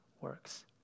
works